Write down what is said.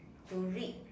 to read